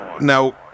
now